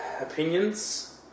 opinions